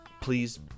please